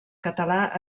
català